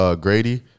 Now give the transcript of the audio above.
Grady